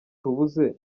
tubuze